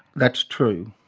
that's true.